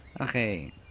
Okay